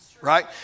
Right